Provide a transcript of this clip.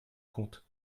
compte